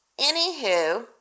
Anywho